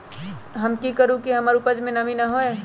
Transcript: हम की करू की हमर उपज में नमी न होए?